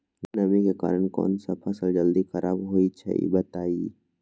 नमी के कारन कौन स फसल जल्दी खराब होई छई बताई?